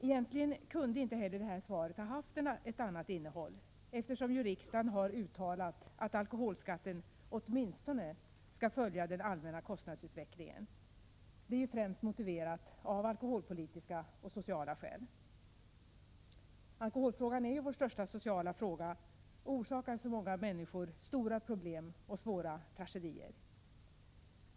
Egentligen kunde inte heller det här svaret ha haft ett annat innehåll, eftersom riksdagen har uttalat att alkoholskatten åtminstone skall följa den allmänna kostnadsutvecklingen. Detta är ju främst motiverat av alkoholpolitiska och sociala skäl. Alkoholfrågan är vår största sociala fråga och orsakar så många människor stora problem och svåra tragedier.